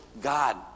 God